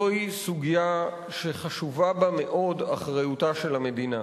זוהי סוגיה שחשובה בה מאוד אחריותה של המדינה,